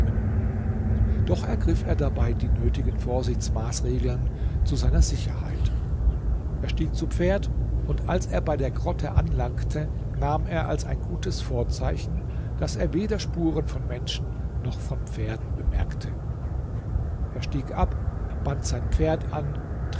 doch ergriff er dabei die nötigen vorsichtsmaßregeln zu seiner sicherheit er stieg zu pferd und als er bei der grotte anlangte nahm er als ein gutes vorzeichen daß er weder spuren von menschen noch von pferden bemerkte er stieg ab band sein pferd an